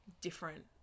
different